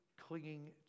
clinging